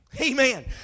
Amen